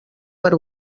per